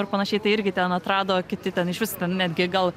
ir panašiai tai irgi ten atrado kiti ten išvis ten netgi gal